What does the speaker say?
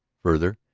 further,